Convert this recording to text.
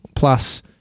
Plus